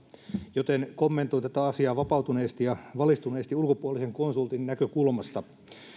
joten kommentoin tätä asiaa vapautuneesti ja valistuneesti ulkopuolisen konsultin näkökulmasta